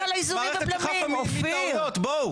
--- מטעויות, בואו